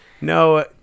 No